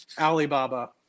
Alibaba